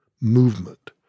movement